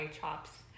chops